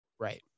Right